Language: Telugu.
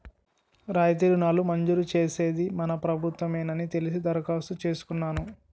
రాయితీ రుణాలు మంజూరు చేసేది మన ప్రభుత్వ మేనని తెలిసి దరఖాస్తు చేసుకున్నాను